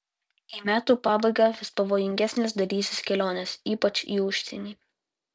į metų pabaigą vis pavojingesnės darysis kelionės ypač į užsienį